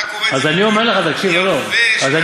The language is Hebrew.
אתה קורא את זה בקול יבש ואדיש.